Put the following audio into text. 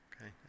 Okay